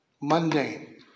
mundane